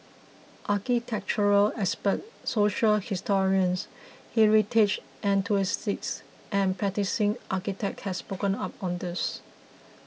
architectural experts social historians heritage enthusiasts and practising architects have spoken up on this